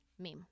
meme